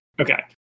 okay